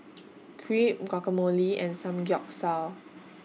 Crepe Guacamole and Samgyeopsal